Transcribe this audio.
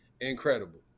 incredible